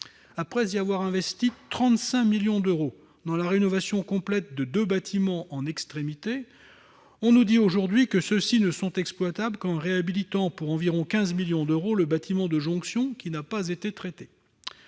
Après y avoir investi 35 millions d'euros dans la rénovation complète de deux bâtiments en extrémité, on nous dit aujourd'hui que ces derniers ne sont exploitables qu'en réhabilitant, pour environ 15 millions d'euros, le bâtiment de jonction qui n'a pas été traité.